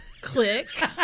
Click